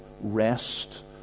rest